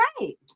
right